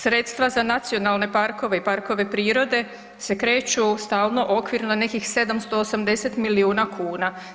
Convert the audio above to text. Sredstva za nacionalne parkove i parkove prirode se kreću stalno okvirno nekih 780 milijuna kuna.